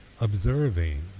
observing